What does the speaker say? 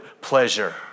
pleasure